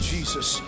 Jesus